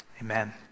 Amen